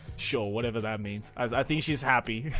sure, whatever that means. i think she's happy.